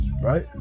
Right